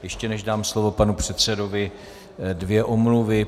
Ještě než dám slovo panu předsedovi, dvě omluvy.